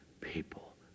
people